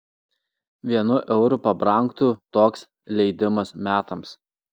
vienu euru pabrangtų toks leidimas metams